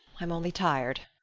i'm only tired.